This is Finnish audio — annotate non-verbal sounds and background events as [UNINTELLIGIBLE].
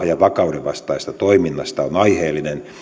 [UNINTELLIGIBLE] ja vakauden vastaisesta toiminnasta on aiheellinen